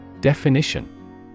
Definition